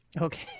Okay